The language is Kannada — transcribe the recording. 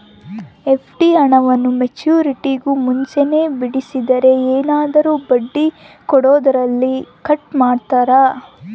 ಎಫ್.ಡಿ ಹಣವನ್ನು ಮೆಚ್ಯೂರಿಟಿಗೂ ಮುಂಚೆನೇ ಬಿಡಿಸಿದರೆ ಏನಾದರೂ ಬಡ್ಡಿ ಕೊಡೋದರಲ್ಲಿ ಕಟ್ ಮಾಡ್ತೇರಾ?